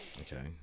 okay